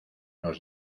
los